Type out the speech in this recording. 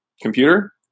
computer